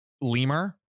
lemur